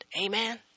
Amen